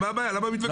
למה מתווכחים?